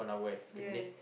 ya